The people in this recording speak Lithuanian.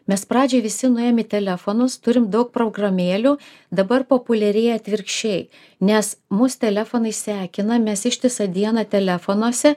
mes pradžiai visi nuėjom į telefonus turim daug programėlių dabar populiarėja atvirkščiai nes mus telefonai sekina mes ištisą dieną telefonuose